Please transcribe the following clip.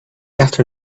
after